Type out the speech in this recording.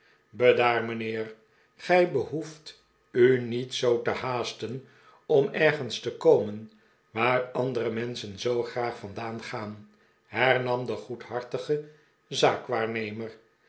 bedaar mijnheer gij behoeft u niet zoo te haasten om ergens te komen waar andere menschen zoo graag vandaan gaan hernam de goedhartige zaakwaarnemer